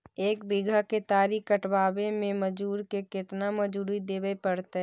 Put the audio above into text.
एक बिघा केतारी कटबाबे में मजुर के केतना मजुरि देबे पड़तै?